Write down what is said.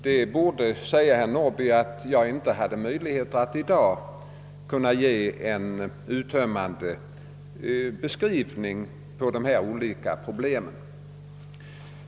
Jag har alltså inte möjlighet, herr Norrby, att i dag ge en uttömmande beskrivning på dessa olika problem.